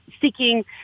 seeking